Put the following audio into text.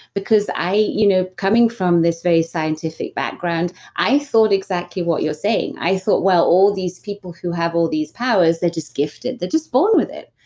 because i. you know coming from this very scientific background, i thought exactly what you're saying. i thought, well, all these people who have all these powers, they're just gifted. they're just born with it.